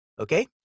okay